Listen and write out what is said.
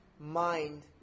mind